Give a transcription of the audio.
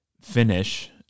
finish